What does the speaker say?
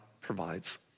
provides